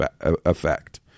effect